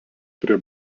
prie